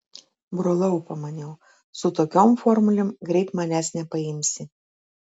brolau pamaniau su tokiom formulėm greit manęs nepaimsi